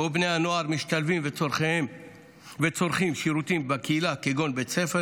שבו בני הנוער משתלבים וצורכים שירותים בקהילה כגון בית ספר,